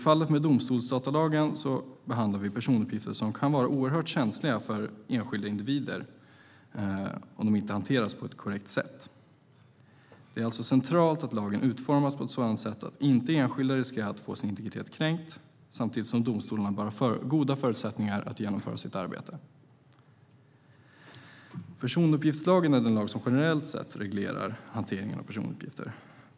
I domstolsdatalagen behandlas personuppgifter som kan vara oerhört känsliga för enskilda individer om uppgifterna inte hanteras på ett korrekt sätt. Det är alltså centralt att lagen utformas så att enskilda inte riskerar att få sin integritet kränkt samtidigt som domstolarna ska ha goda förutsättningar för att utföra sitt arbete. Personuppgiftslagen är den lag som generellt reglerar hanteringen av personuppgifter.